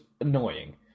annoying